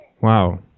Wow